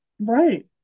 Right